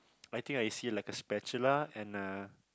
I think I see like a spatula and a